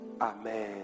Amen